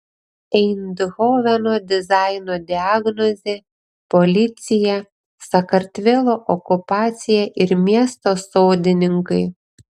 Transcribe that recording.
eindhoveno dizaino diagnozė policija sakartvelo okupacija ir miesto sodininkai